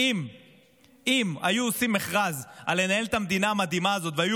כי אם היו עושים מכרז על לנהל את המדינה המדהימה הזאת והיו